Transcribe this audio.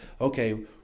okay